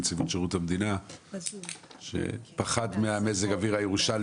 נציבות שירות המדינה שאפשרנו לו להשתתף בישיבה באמצעות ה-זום.